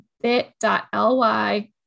bit.ly